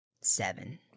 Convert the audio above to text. seven